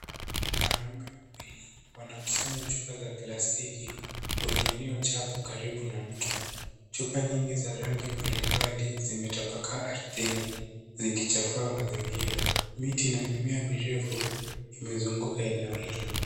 Wanaume wawili wanakusanya chupa za plastiki kwenye eneo chafu karibu na mto. Chupa nyingi za rangi mbalimbali zimetapakaa ardhini zikichafua mazingira. Miti na mimea mirefu imezunguka eneo hilo.